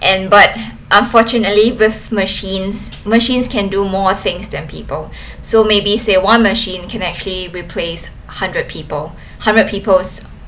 and but unfortunately with machines machines can do more things than people so maybe say one machine can actually replace hundred people hundred peoples